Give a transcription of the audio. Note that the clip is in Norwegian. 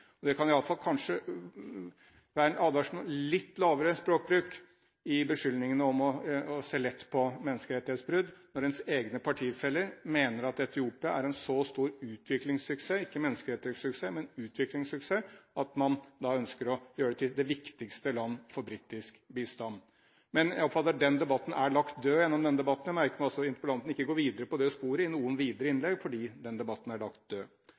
Det kan kanskje være en advarsel om litt lavere språkbruk i beskyldningene om å se lett på menneskerettighetsbrudd, når ens britiske partifeller mener at Etiopia er en så stor utviklingssuksess – ikke en menneskerettighetssuksess, men en utviklingssuksess – at man ønsker å gjøre det til det viktigste landet for britisk bistand. Men jeg oppfatter at den debatten er lagt død gjennom denne debatten. Jeg merker meg også at interpellanten ikke går videre på det sporet i noen videre innlegg, fordi den debatten er lagt